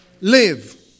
live